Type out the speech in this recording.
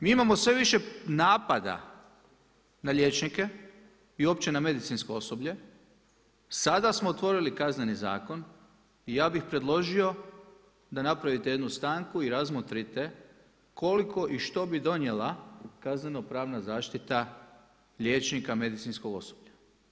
Mi imamo sve više napada na liječnike i opće na medicinsko osoblje, sada smo otvorili Kazneni zakon i ja bih predložio da napravite jednu stanku i da razmotrite koliko i što bi donijela kazneno pravna zaštita liječnika medicinskog osoblja.